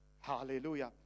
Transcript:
Hallelujah